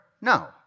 No